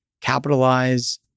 capitalize